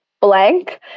Blank